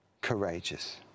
courageous